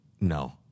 No